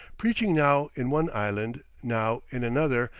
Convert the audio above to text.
preaching now in one island, now in another,